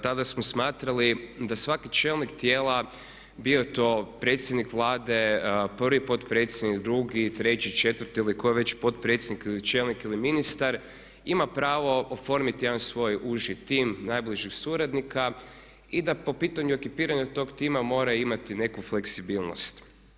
Tada smo smatrali da svaki čelnik tijela, bio to predsjednik Vlade, prvi potpredsjednik, drugi, treći, četvrti ili tko je već potpredsjednik ili čelnik ili ministar ima pravo oformiti jedan svoj uži tim najbližih suradnika i da po pitanju ekipiranja tog tima mora imati neku fleksibilnost.